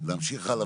להמשיך הלאה,